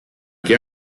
che